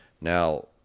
Now